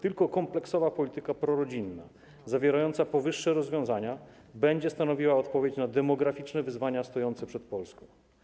Tylko kompleksowa polityka prorodzinna zawierająca powyższe rozwiązania będzie stanowiła odpowiedź na demograficzne wyzwania stojące przed Polską.